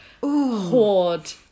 hoard